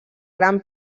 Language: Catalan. gran